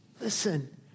Listen